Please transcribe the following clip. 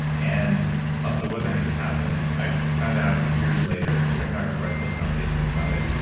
and also, what the heck just happened? and i found out years later, in fact, now i remember i posted on facebook about it,